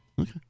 Okay